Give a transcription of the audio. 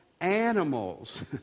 animals